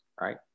right